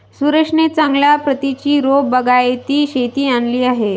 सुरेशने चांगल्या प्रतीची रोपे बागायती शेतीत आणली आहेत